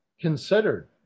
considered